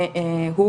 הוא